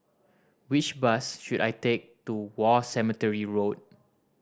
which bus should I take to War Cemetery Road